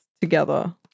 together